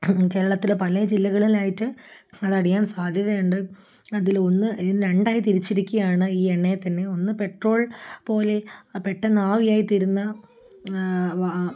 കേരളത്തിലെ പല ജില്ലകളിലായിട്ട് അതടിയാൻ സാധ്യതയുണ്ട് അതിലൊന്ന് രണ്ടായി തിരിച്ചിരിക്കുകയാണ് ഈ എണ്ണയെത്തന്നെ ഒന്ന് പെട്രോൾ പോലെ പെട്ടെന്ന് ആവിയായിത്തീരുന്ന